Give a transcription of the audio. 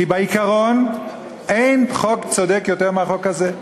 כי בעיקרון אין חוק צודק יותר מהחוק הזה.